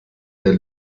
der